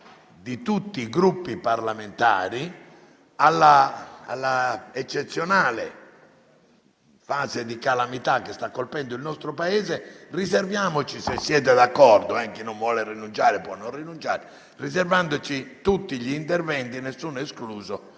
di tutti i Gruppi parlamentari all'eccezionale fase di calamità che sta colpendo il nostro Paese. Riserviamoci, se siete d'accordo (chi non vuole può non rinunciare), di svolgere tutti gli interventi, nessuno escluso,